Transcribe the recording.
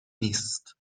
نیست